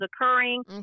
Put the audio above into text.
occurring